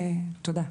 תודה.